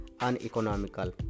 uneconomical